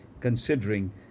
considering